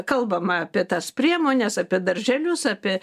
kalbama apie tas priemones apie darželius apie